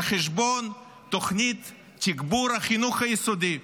על חשבון תוכנית תגבור החינוך היסודי,